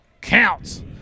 counts